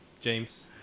James